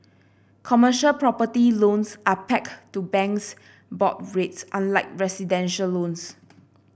commercial property loans are pegged to banks' board rates unlike residential loans